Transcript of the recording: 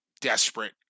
desperate